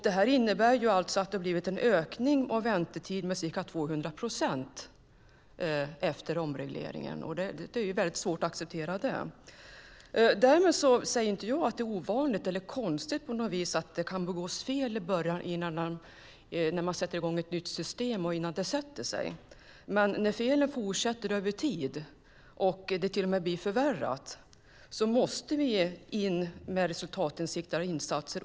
Det innebär att väntetiden efter omregleringen ökat med ca 200 procent, vilket är svårt att acceptera. Däremot säger jag inte att det är ovanligt eller på något vis konstigt att det kan begås fel i början när man sätter i gång ett nytt system och innan det har satt sig. Men när felen fortsätter över tid, och det till och med blir förvärrat, måste vi omedelbart in med resultatinriktade insatser.